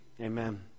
Amen